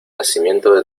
nacimiento